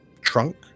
trunk